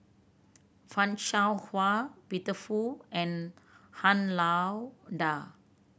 Fan Shao Hua Peter Fu and Han Lao Da